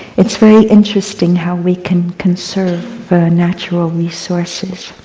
it's very interesting how we can conserve the natural resources.